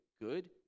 good